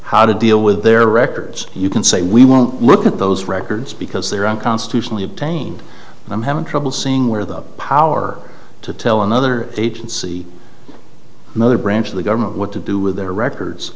how to deal with their records you can say we won't look at those records because they're on constitutionally obtained and i'm having trouble seeing where the power to tell another agency another branch of the government what to do with their records